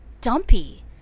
dumpy